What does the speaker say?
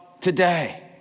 today